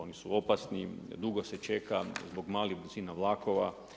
Oni su opasni, dugo se čeka zbog malih brzina vlakova.